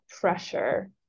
pressure